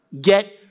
get